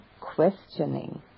questioning